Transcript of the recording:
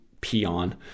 peon